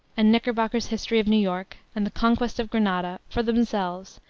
and knickerbocker's history of new york, and the conquest of granada for themselves,